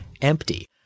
Empty